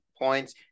points